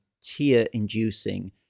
tear-inducing